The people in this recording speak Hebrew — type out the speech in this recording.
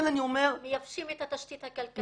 מייבשים את התשתית הכלכלית.